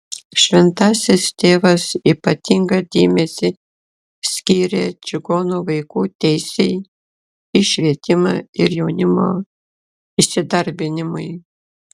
šventasis tėvas ypatingą dėmesį skyrė čigonų vaikų teisei į švietimą ir jaunimo įsidarbinimui